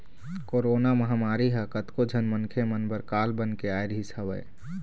corona महामारी ह कतको झन मनखे मन बर काल बन के आय रिहिस हवय